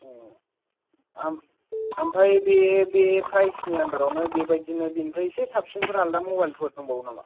ओमफ्राय बे बे फ्राइसनि आन्दारावनो बेबादिनो बेनिफ्राइ इसे साबसिनफोर आलादा मबाइलफोर दंबावो नामा